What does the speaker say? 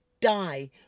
die